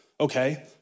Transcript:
Okay